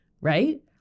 right